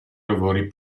lavori